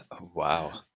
Wow